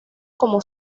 como